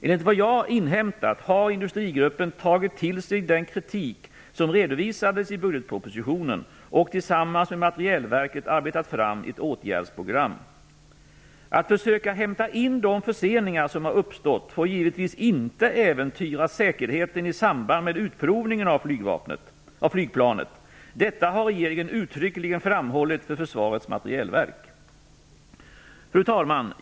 Enligt vad jag har inhämtat har Industrigruppen tagit till sig den kritik som redovisades i budgetpropositionen och tillsammans med Materielverket arbetat fram ett åtgärdsprogram. Att försöka hämta in de förseningar som har uppstått får givetvis inte äventyra säkerheten i samband med utprovningen av flygplanet. Detta har regeringen uttryckligen framhållit för Försvarets materielverk. Fru talman!